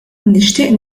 nixtieq